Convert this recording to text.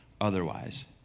otherwise